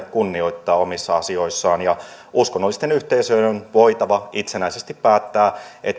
kunnioittaa omissa asioissaan ja uskonnollisten yhteisöjen on voitava itsenäisesti päättää